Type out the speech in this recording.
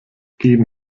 geben